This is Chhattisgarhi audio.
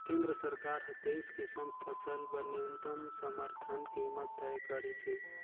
केंद्र सरकार हर तेइस किसम फसल बर न्यूनतम समरथन कीमत तय करिसे